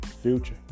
Future